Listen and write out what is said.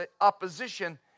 opposition